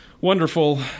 wonderful